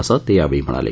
असं ते यावेळी म्हणाले